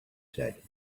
said